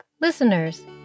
Listeners